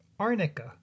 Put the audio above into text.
Arnica